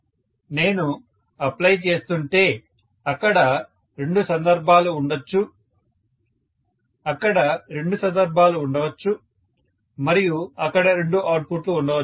student నేను apply చేస్తుంటే అక్కడ రెండు సందర్భాలు ఉండొచ్చు 3511 అక్కడ రెండు సందర్భాలు ఉండవచ్చు మరియు అక్కడ రెండు అవుట్పుట్ లు ఉండవచ్చు